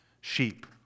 sheep